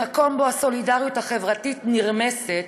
במקום שבו הסולידריות החברתית נרמסת,